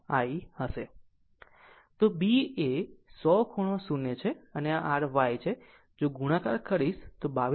તો b એ 100 ખૂણો 0 છે અને આ r y છે જો ગુણાકાર કરીશ તો 22